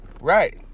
right